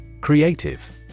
Creative